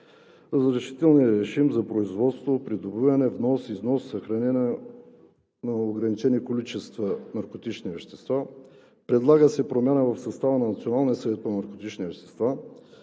разрешителния режим за производство; придобиване; внос; износ; съхранение на ограничени количества наркотични вещества. Предлага се промяна в състава на